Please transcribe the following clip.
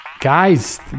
Guys